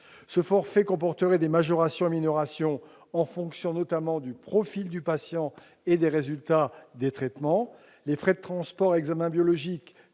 Ce forfait comporterait des majorations et des minorations en fonction notamment du profil du patient et des résultats des traitements. Les frais de transport, examens biologiques,